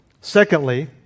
Secondly